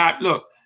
Look